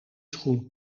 schoen